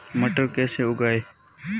मटर कैसे उगाएं?